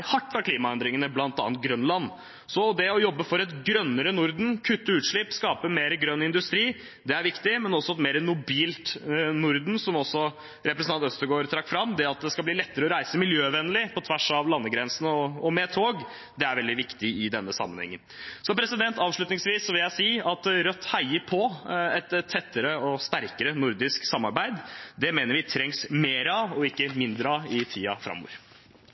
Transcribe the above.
hardt av klimaendringene, bl.a. Grønland. Så det å jobbe for et grønnere Norden, kutte utslipp, skape mer grønn industri er viktig, men også et mer mobilt Norden, som også representanten Øvstegård trakk fram. Det at det skal bli lettere å reise miljøvennlig på tvers av landegrensene, og med tog, er veldig viktig i denne sammenhengen. Avslutningsvis vil jeg si at Rødt heier på et tettere og sterkere nordisk samarbeid. Det mener vi det trengs mer av, ikke mindre av, i tiden framover.